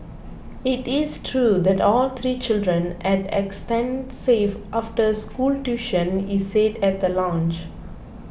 it is true that all three children had extensive after school tuition he said at the launch